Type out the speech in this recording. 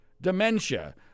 dementia